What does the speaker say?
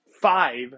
five